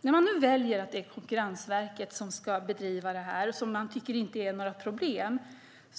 Nu väljer man att låta Konkurrensverket bedriva detta, vilket man inte tycker är några problem.